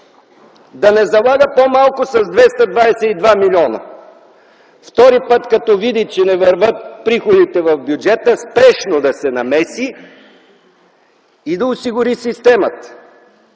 да не залага по-малко с 222 милиона; втори път, като види че не вървят приходите в бюджета, спешно да се намеси и да осигури системата.